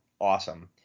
awesome